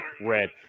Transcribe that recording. red